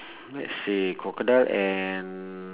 let's say crocodile and